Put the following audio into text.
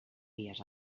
dies